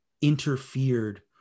interfered